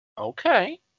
okay